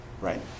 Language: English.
Right